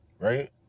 Right